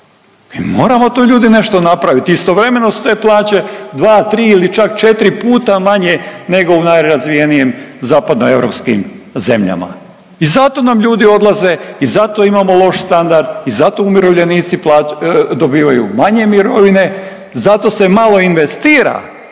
Mi moramo tu ljudi nešto napravit, istovremeno su te plaće dva, tri ili čak četiri puta manje nego u nerazvijenijim zapadnoeuropskim zemljama. I zato nam ljudi odlaze i zato imamo loš standard i zato umirovljenici dobivaju manje mirovine, zato se malo investira